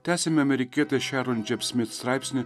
tęsiame amerikietė šiaron džiap smit straipsnį